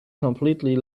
completely